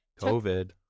COVID